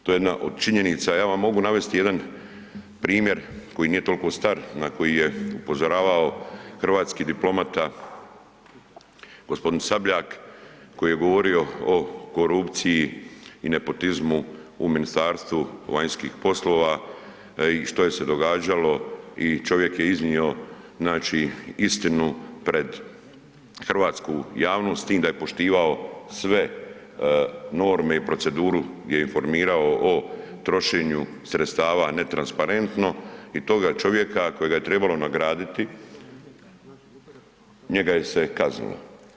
To je jedna o činjenica, ja vam mogu navesti jedan primjer koji nije toliko star, na koji je upozoravao hrvatski diplomata, g. Sabljak koji je govorio o korupciji i nepotizmu u Ministarstvu vanjskih poslova i što je se događalo i čovjek je iznio, znači istinu pred hrvatsku javnost s tim da je poštivao sve norme i proceduru gdje je informirao o trošenju sredstava netransparentno i toga čovjeka kojega je trebalo nagraditi njega je se kaznilo.